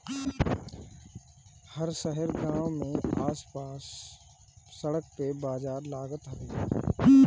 हर शहर गांव में आस पास सड़क पे बाजार लागत हवे